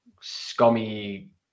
scummy